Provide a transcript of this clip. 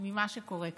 ממה שקורה כאן.